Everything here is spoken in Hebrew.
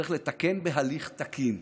צריך לתקן בהליך תקין.